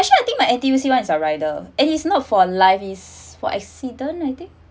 actually I think my N_T_U_C [one] is a rider and it's not for life is for accident I think